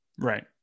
Right